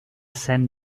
send